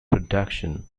production